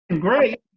great